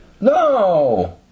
No